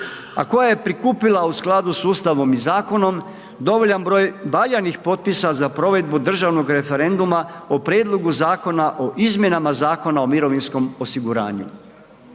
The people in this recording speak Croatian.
a koja je prikupila u skladu s Ustavom i zakonom dovoljan broj valjanih potpisa za provedbu državnog referenduma o prijedlogu Zakona o izmjenama Zakona o mirovinskom osiguranju.